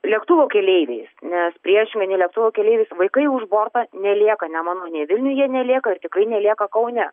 lėktuvų keleiviais nes prie asmeninio lėktuvo keleivis vaikai už borto nelieka nemanau nei vilniuj jie nelieka ir tikrai nelieka kaune